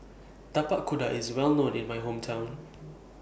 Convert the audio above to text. Tapak Kuda IS Well known in My Hometown